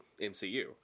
mcu